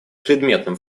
предметным